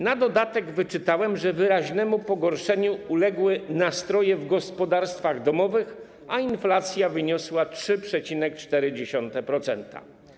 Na dodatek wyczytałem, że wyraźnemu pogorszeniu uległy nastroje w gospodarstwach domowych, a inflacja wyniosła 3,4%.